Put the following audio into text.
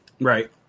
right